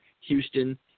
Houston